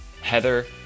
Heather